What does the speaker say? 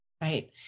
right